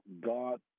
God